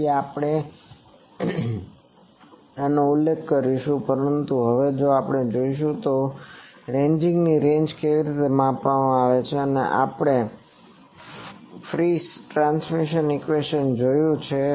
તેથી આપણે આનો ઉલ્લેખ કરીશું પરંતુ હવે આપણે જોઈશું કે રેન્જીંગ રેન્જ કેવી રીતે માપવામાં આવે છે આપણે ફ્રીસ ટ્રાન્સમિશન ઇક્વેશન જોયું છે